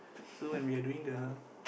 so when we're doing the